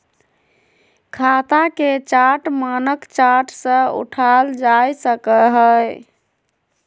खाता के चार्ट मानक चार्ट से उठाल जा सकय हइ